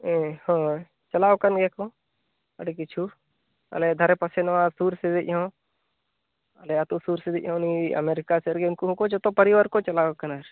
ᱦᱳᱭ ᱪᱟᱞᱟᱣ ᱟᱠᱟᱱ ᱜᱮᱭᱟ ᱠᱚ ᱟᱹᱰᱤ ᱠᱤᱪᱷᱩ ᱟᱞᱮ ᱫᱷᱟᱨᱮ ᱯᱟᱥᱮ ᱱᱚᱣᱟ ᱥᱩᱨ ᱥᱮᱱᱤᱡ ᱦᱚᱸ ᱟᱞᱮ ᱟᱛᱳ ᱥᱩᱨ ᱥᱮᱱᱤᱡ ᱦᱚᱸ ᱱᱩᱭ ᱟᱢᱮᱨᱤᱠᱟ ᱥᱮᱫ ᱨᱮᱜᱮ ᱩᱱᱠᱩ ᱦᱚᱸᱠᱚ ᱡᱚᱛᱚ ᱯᱚᱨᱤᱵᱟᱨ ᱠᱚ ᱪᱟᱞᱟᱣ ᱟᱠᱟᱱᱟ